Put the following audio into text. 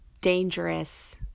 dangerous